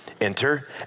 Enter